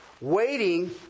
Waiting